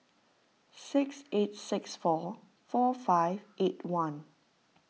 six eight six four four five eight one